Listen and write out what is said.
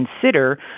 consider